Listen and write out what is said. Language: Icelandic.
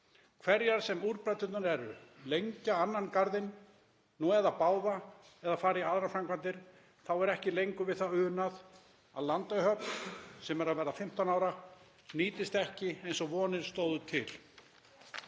Hverjar sem úrbæturnar verða, lengja annan garðinn, nú eða báða, eða fara í aðrar framkvæmdir, er ekki lengur við það unað að Landeyjahöfn, sem er að verða 15 ára, nýtist ekki eins og vonir stóðu til.